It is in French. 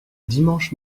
dimanche